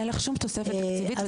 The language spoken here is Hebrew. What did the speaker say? אין שום תוספת תקציבית,